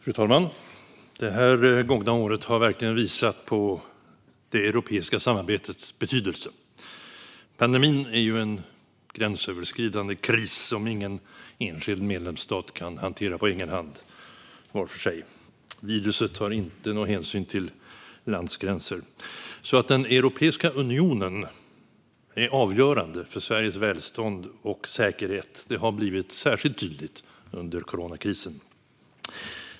Fru talman! Det gångna året har verkligen visat på det europeiska samarbetets betydelse. Pandemin är en gränsöverskridande kris som ingen enskild medlemsstat kan hantera på egen hand, var för sig. Viruset tar ingen hänsyn till landgränser. Europeiska unionen är avgörande för Sveriges välstånd och säkerhet. Detta har blivit särskilt tydligt under coronakrisen.